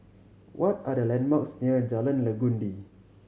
what are the landmarks near Jalan Legundi